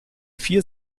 vier